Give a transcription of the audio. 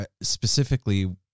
specifically